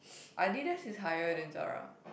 Adidas is higher than Zara